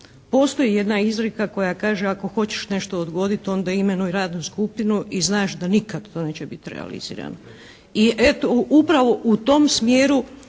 Postoji jedna izrijeka koja kaže ako hoćeš nešto odgoditi onda imenuj radnu skupinu i znaš da nikad to neće biti realizirano. I eto, upravo u tom smjeru